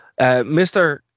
Mr